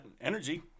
energy